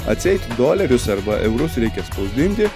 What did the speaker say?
atseit dolerius arba eurus reikia spausdinti